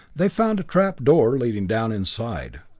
they found a trap-door leading down inside.